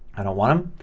i don't want them.